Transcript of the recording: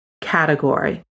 category